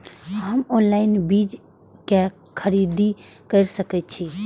हम ऑनलाइन बीज के खरीदी केर सके छी?